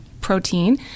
protein